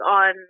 on